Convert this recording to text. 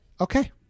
okay